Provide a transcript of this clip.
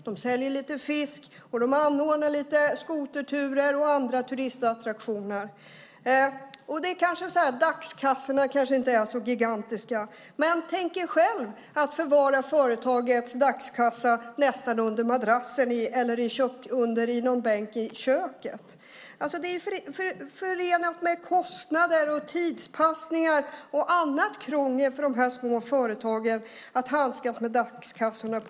De säljer lite fisk och anordnar skoterturer och andra turistattraktioner. Dagskassorna kanske inte är gigantiska. Men tänk er själva att förvara företagets dagskassa under madrassen eller under en bänk i köket. Det är förenat med kostnader, tidspassning och annat krångel för de små företagen att handskas med dagskassorna.